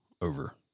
over